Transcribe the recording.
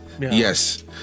Yes